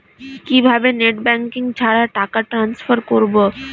কিভাবে net banking ছাড়া টাকা টান্সফার করব?